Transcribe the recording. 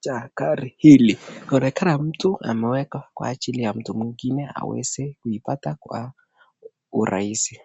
cha gari hili. Inaonekna mtu ameweka kwa ajili ya mtu mwingine aweze kuipata kwa urahisi.